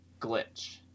glitch